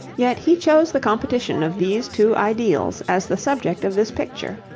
yet he chose the competition of these two ideals as the subject of this picture.